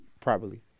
properly